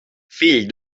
fill